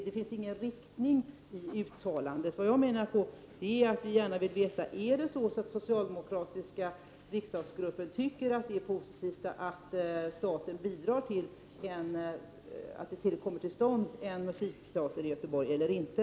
Det finns ingen riktning i uttalandet. Vi vill gärna veta om den socialdemokratiska riksdagsgruppen tycker att det är positivt att staten bidrar till att det kommer till stånd en musikteater i Göteborg eller inte.